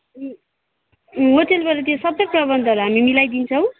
होटलबाट त्यो सबै प्रबन्धहरू हामी मिलाइदिन्छौँ